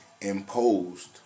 imposed